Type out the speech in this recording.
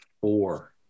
four